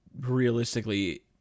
realistically